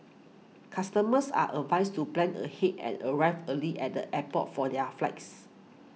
customers are advised to plan ahead and arrive early at the airport for their flags